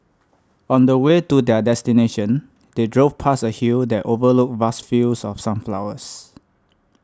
on the way to their destination they drove past a hill that overlooked vast fields of sunflowers